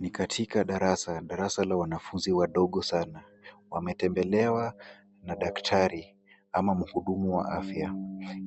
Ni katika darasa, darasa la wanafunzi wadogo sana, wametembelewa na daktari ama mhudumu wa afya.